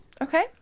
Okay